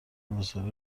مسائل